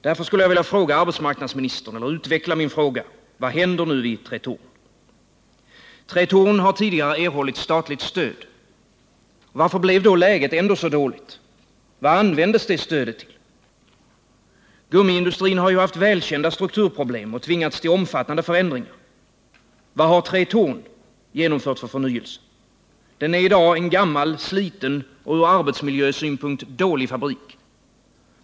Därför skulle jag vilja utveckla min fråga till arbetsmarknadsministern: Vad händer nu vid Tretorn? Tretorn har tidigare erhållit statligt stöd. Varför blev då läget ändå så dåligt? Vad användes det stödet till? Gummiindustrin har ju haft välkända strukturproblem och tvingats till omfattande förändringar. Vad har Tretorn genomfört för förnyelse? Dess anläggning är i dag en gammal, sliten och ur arbetsmiljösynpunkt dålig fabrik.